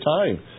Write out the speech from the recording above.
time